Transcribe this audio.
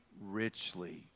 richly